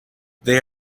they